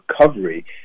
recovery